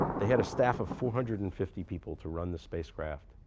they had a staff of four hundred and fifty people to run the spacecraft,